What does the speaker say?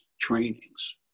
trainings